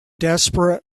desperate